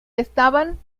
estaban